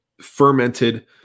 fermented